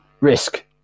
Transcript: Risk